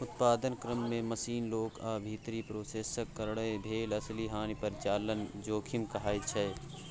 उत्पादन क्रम मे मशीन, लोक आ भीतरी प्रोसेसक कारणेँ भेल असली हानि परिचालन जोखिम कहाइ छै